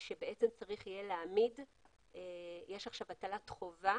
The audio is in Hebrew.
יש עכשיו הטלת חובה